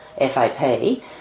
FAP